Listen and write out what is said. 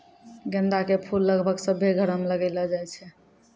गेंदा के फूल लगभग सभ्भे घरो मे लगैलो जाय छै